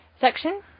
section